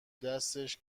دستش